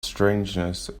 strangeness